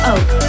Oak